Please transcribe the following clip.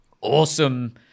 awesome